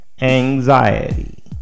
Anxiety